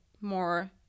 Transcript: more